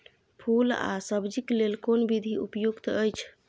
फूल आ सब्जीक लेल कोन विधी उपयुक्त अछि?